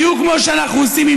בדיוק כמו שאנחנו עושים,